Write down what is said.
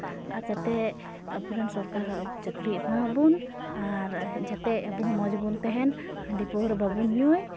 ᱟᱨ ᱡᱟᱛᱮ ᱟᱵᱚ ᱨᱮᱱ ᱥᱚᱨᱠᱟᱨ ᱦᱚᱸ ᱟᱵᱚ ᱪᱟᱹᱠᱨᱤ ᱮᱢᱟᱣᱟᱵᱚᱱ ᱟᱨ ᱡᱟᱛᱮ ᱟᱵᱚ ᱦᱚᱸ ᱢᱚᱡᱽ ᱵᱚᱱ ᱛᱟᱦᱮᱱ ᱦᱟᱺᱰᱤ ᱯᱟᱹᱣᱨᱟᱹ ᱵᱟᱵᱚᱱ ᱧᱩᱭ